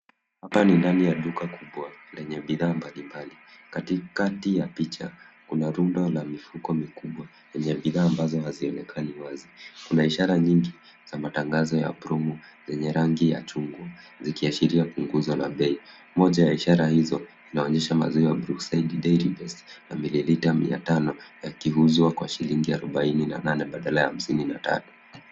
Hapa ni ndani ya duka kubwa lenye bidhaa mbalimbali. Katikati ya picha kuna rundo la mifuko mikubwa yenye bidhaa ambazo hazionekani wazi. Kuna ishara nyingi za matangazo ya PROMO yenye rangi ya chungwa zikiashiria pungozo la bei. Moja ya ishara hizo ina onyesha maziwa ya Brookside Dairybest ya mililita miatano yakiuzwa kwa shilingi arubaini na nane badala ya hamsini na tano.